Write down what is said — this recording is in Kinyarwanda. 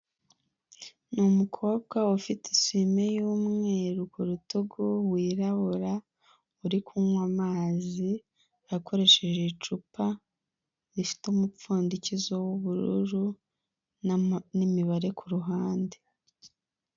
Ni umukobwa ufite isume y'umweru ku rutugu, wirabura, uri kunywa amazi, akoresheje icupa, rifite umupfundikizo w'ubururu n'imibare ku ruhande.